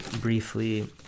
briefly